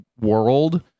world